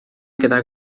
quedar